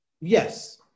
Yes